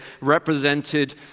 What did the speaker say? represented